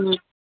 હમ